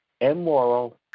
immoral